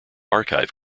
archive